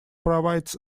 provides